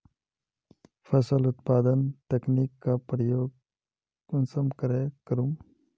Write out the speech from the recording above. फसल उत्पादन तकनीक का प्रयोग कुंसम करे करूम?